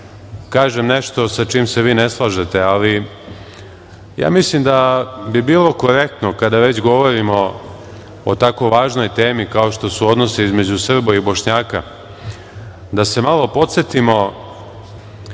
da bi bilo korektno, kada već govorite o tako važnoj temi kao što su odnosi između Srba i Bošnjaka, da se malo podsetimo